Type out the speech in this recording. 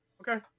okay